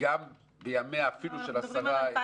וגם אפילו בימיה של השרה יולי תמיר --- לא,